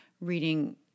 reading